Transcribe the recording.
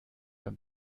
beim